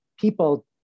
people